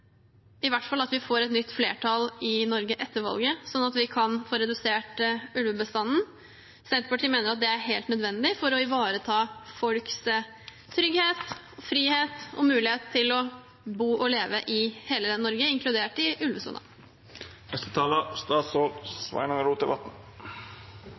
i hvert fall at vi får et nytt flertall i Norge etter valget, slik at vi kan få redusert ulvebestanden. Senterpartiet mener at det er helt nødvendig for å ivareta folks trygghet, frihet og mulighet til å bo og leve i hele Norge, inkludert